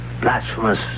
blasphemous